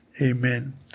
Amen